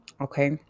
Okay